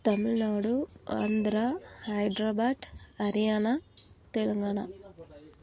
Tamil Nadu Andhra Hyderabad Haryana Telangana